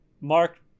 Mark